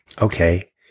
okay